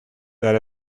that